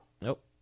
Nope